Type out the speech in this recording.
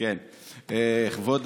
כבוד